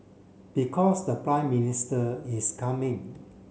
because the Prime Minister is coming